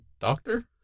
doctor